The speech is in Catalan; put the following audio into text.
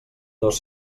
dos